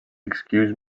excuse